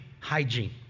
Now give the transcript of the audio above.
hygiene